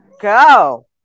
Go